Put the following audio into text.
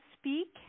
speak